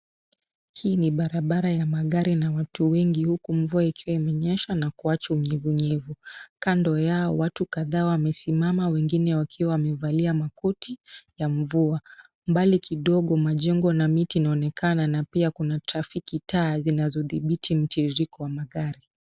Hii ni barabara ya magari na watu wengi huku mvua ikiwa imenyesha na kuacha unyevunyevu. Kando yao watu kadhaa wamesimama wengine wakiwa wamevalia makoti ya mvua. Mbali kidogo majengo na miti inaonekana na pia kuna trafiki taa zinazodhibiti mtiririko wa magari.